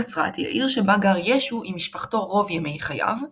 נצרת היא העיר שבה גר ישו עם משפחתו רוב ימי חייו,